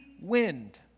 wind